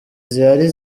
zihari